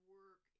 work